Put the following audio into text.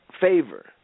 favor